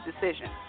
decision